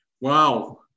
Wow